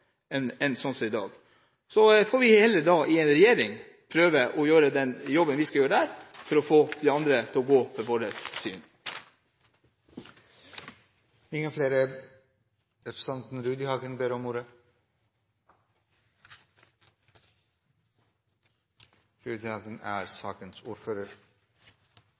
Så får vi heller i regjering prøve å gjøre den jobben vi skal gjøre – å få de andre til å gå inn for vårt syn.